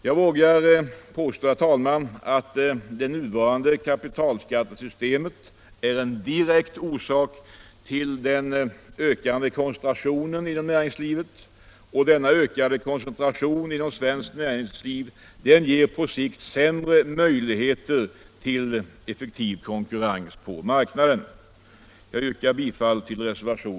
Jag vågar påstå, herr talman, att det nuvarande kapitalskattesystemet är en direkt orsak till den ökande koncentrationen inom näringslivet. Och denna ökade koncentration inom svenskt näringsliv ger på sikt sämre möjligheter till en effektiv konkurrens på marknaden.